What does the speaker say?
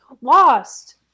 lost